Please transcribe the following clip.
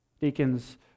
Deacons